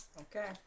Okay